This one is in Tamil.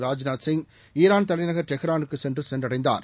ராஜ்நாத் சிங் ஈரான் தலைநகர் டெஹ்ரானுக்கு நேற்று சென்றடைந்தார்